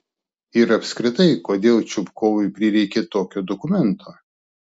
ir apskritai kodėl čupkovui prireikė tokio dokumento